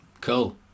Cool